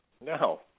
No